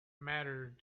mattered